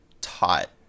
taught